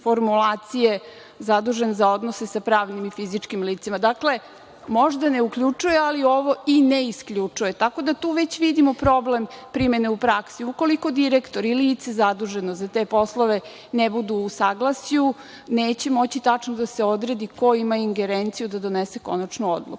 formulacije „zadužen za odnose sa pravnim i fizičkim licima“. Dakle, možda ne uključuje, ali ovo i ne isključuje, tako da tu već vidimo problem primene u praksi. Ukoliko direktor i lice zaduženo za te poslove ne budu saglasju, neće moći tačno da se odredi ko ima ingerenciju da donese konačnu odluku.